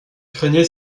craignait